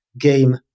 game